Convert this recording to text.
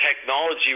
technology